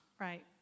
Right